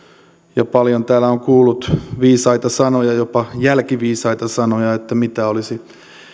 paljon täällä on kuullut viisaita sanoja jopa jälkiviisaita sanoja mitä olisi